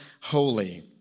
holy